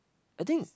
I think